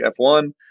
F1